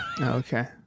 Okay